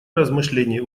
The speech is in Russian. размышлений